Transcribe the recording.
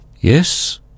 Yes